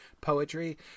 poetry